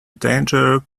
danger